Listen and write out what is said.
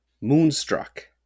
Moonstruck